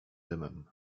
dymem